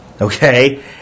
okay